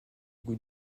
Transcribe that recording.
goûts